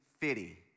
fitty